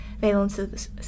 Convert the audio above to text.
valence